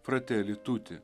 fratelli tutti